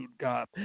God